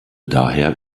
daher